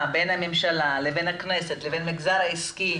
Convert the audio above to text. בין הממשלה לבין הכנסת לבין המגזר העסקי